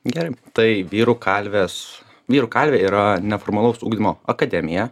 gerai tai vyrų kalvės vyrų kalvė yra neformalaus ugdymo akademija